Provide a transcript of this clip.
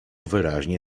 wyraźnie